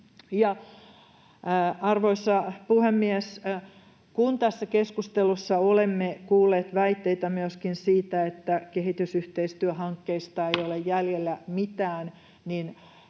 Arvoisa puhemies! Kun tässä keskustelussa olemme kuulleet väitteitä myöskin siitä, että kehitysyhteistyöhankkeista [Puhemies